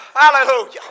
Hallelujah